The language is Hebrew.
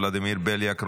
ולדימיר בליאק,